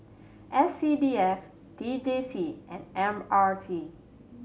S C D F T J C and M R T